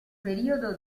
periodo